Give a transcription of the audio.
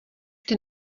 ten